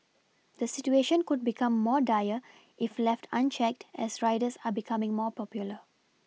the situation could become more dire if left unchecked as riders are becoming more popular